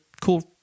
cool